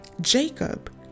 Jacob